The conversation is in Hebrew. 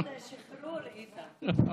זה לא כיבוש, זה שחרור, איתן.